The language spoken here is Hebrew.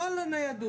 לא על הניידות,